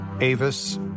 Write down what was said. Avis